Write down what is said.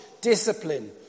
discipline